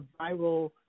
viral